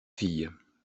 filles